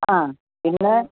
ആ പിന്നെ